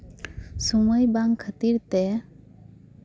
ᱥᱚᱢᱚᱭ ᱵᱟᱝ ᱠᱷᱟᱹᱛᱤᱨ ᱛᱮ